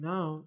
Now